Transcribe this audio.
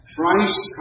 Christ